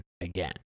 again